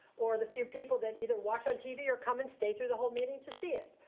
or the few people that either watch on tv or come and stay through the whole meeting to see it.